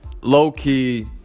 low-key